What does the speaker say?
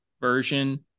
version